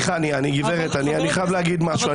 אני חייב לומר משהו.